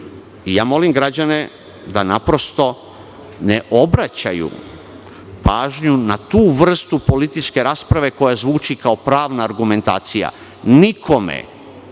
Molim građane da ne obraćaju pažnju na tu vrstu političke rasprave koja zvuči kao pravna argumentacija. Nikome